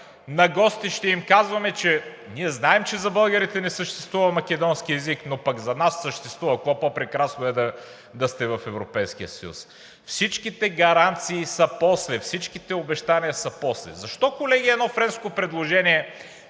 на гости, ще им казваме, че ние знаем, че за българите не съществува македонски език, но пък за нас съществува, какво по-прекрасно е да сте в Европейския съюз. Всичките гаранции са после, всичките обещания са после. Защо, колеги, едно френско предложение